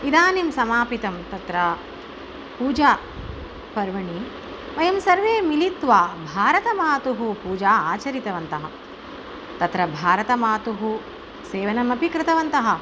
इदानीं समापितं तत्र पूजा पर्वाणि वयं सर्वे मिलित्वा भारतमातुः पूजाम् आचरितवन्तः तत्र भारतमातुः सेवनमपि कृतवन्तः